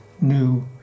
new